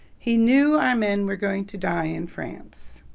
he knew or men were going to die in france